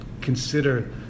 consider